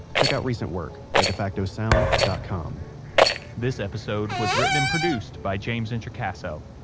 checkout recent work at defacto sound dot com this episode was written and produced by james introcaso,